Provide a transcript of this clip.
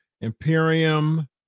Imperium